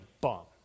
bomb